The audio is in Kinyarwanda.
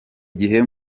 gihe